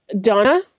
Donna